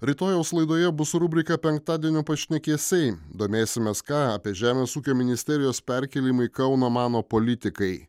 rytojaus laidoje bus rubrika penktadienio pašnekesiai domėsimės ką apie žemės ūkio ministerijos perkėlimą į kauną mano politikai